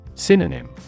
Synonym